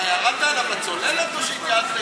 אתה ירדת אליו לצוללת או שהתייעצת אתו,